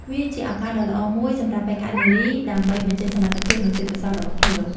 វាជាឱកាសដ៏ល្អមួយសម្រាប់បេក្ខនារីដើម្បីបញ្ចេញសមត្ថភាពនិងទេពកោសល្យរបស់ខ្លួន។